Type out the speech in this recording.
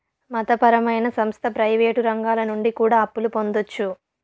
మత పరమైన సంస్థ ప్రయివేటు రంగాల నుండి కూడా అప్పులు పొందొచ్చు